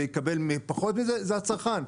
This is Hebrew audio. ויקבל פחות מזה זה הצרכן.